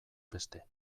beste